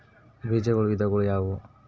ಬೇಜಗಳ ವಿಧಗಳು ಯಾವುವು?